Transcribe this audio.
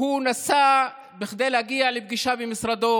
הוא נסע כדי להגיע לפגישה במשרדו.